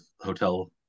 hotel